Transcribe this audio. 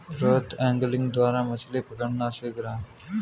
Rohit angling द्वारा मछ्ली पकड़ना सीख रहा है